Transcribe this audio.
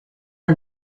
are